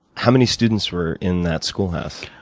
how many students were in that schoolhouse?